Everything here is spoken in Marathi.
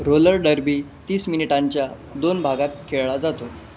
रोलर डरबी तीस मिनिटांच्या दोन भागात खेळला जातो